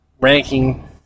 ranking